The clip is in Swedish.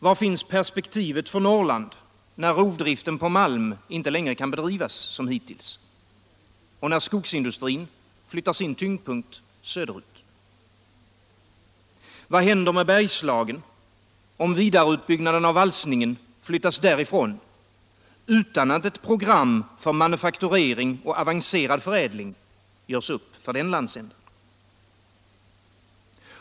Var finns per spektivet för Norrland, när rovdriften på malm inte längre kan bedrivas som hittills, och när skogsindustrin flyttar sin tyngdpunkt söderut? Vad händer med Bergslagen, om vidareutbyggnaden av valsningen flyttas därifrån utan att ett program för manufakturering och avancerad förädling görs upp?